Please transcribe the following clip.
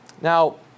Now